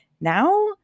Now